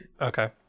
Okay